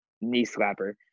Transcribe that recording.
knee-slapper